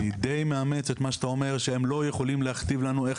אני די מאמץ את מה שאתה אומר שהם לא יכולים להכתיב לנו איך